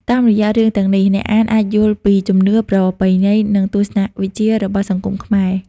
តាមរយៈរឿងទាំងនេះ អ្នកអានអាចយល់ពីជំនឿ ប្រពៃណី និងទស្សនៈវិជ្ជារបស់សង្គមខ្មែរ។